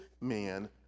man